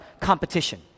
competition